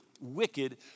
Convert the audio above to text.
wicked